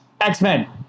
X-Men